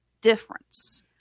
difference